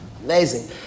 Amazing